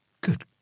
Good